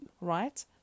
right